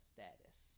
Status